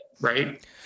right